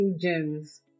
gems